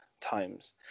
times